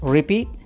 Repeat